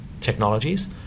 technologies